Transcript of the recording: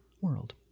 world